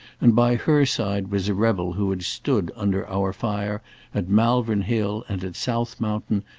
and by her side was a rebel who had stood under our fire at malvern hill and at south mountain,